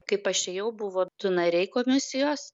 kaip aš ėjau buvo du nariai komisijos